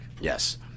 Yes